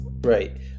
right